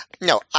No